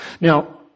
Now